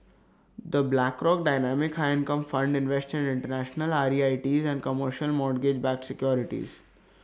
the Blackrock dynamic high income fund invests in International R E I T's and commercial mortgage backed securities